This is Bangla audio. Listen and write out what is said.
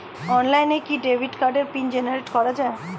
অনলাইনে কি ডেবিট কার্ডের পিন জেনারেট করা যায়?